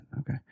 Okay